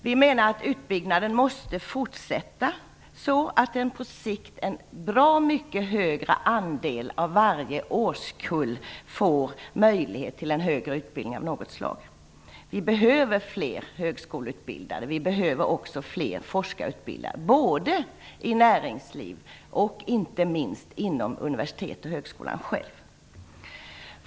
Vi menar att utbyggnaden måste fortsätta så att en mycket högre andel av varje årskull på sikt får möjligheter till en högre utbildning av något slag. Vi behöver fler högskoleutbildade. Vi behöver också fler forskarutbildade i näringslivet och inte minst inom universiteten och högskolorna själva.